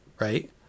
right